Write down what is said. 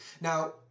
Now